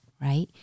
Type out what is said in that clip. right